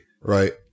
right